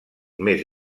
més